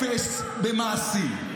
אפס במעשים.